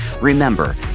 Remember